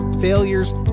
failures